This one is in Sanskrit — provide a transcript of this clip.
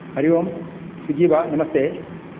हरि ओम् स्विगि वा नमस्ते